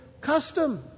custom